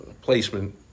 Placement